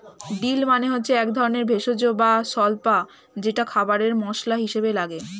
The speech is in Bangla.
ডিল মানে হচ্ছে একধরনের ভেষজ বা স্বল্পা যেটা খাবারে মসলা হিসেবে লাগে